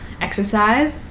Exercise